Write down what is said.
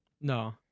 No